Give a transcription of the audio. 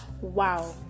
wow